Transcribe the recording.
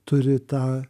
turi tą